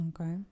Okay